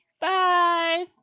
Bye